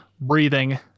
breathing